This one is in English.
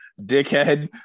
dickhead